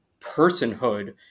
personhood